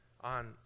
on